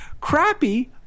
crappy